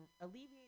alleviate